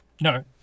No